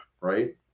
right